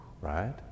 Right